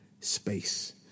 space